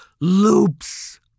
loops